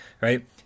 right